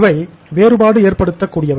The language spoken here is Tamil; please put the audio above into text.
இவை வேறுபாடு ஏற்படுத்த கூடியவை